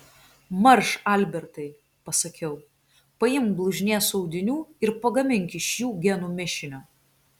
marš albertai pasakiau paimk blužnies audinių ir pagamink iš jų genų mišinio